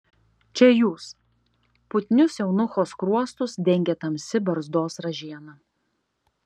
čia jūs putnius eunucho skruostus dengė tamsi barzdos ražiena